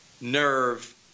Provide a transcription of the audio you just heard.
nerve